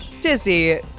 Dizzy